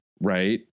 right